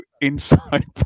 inside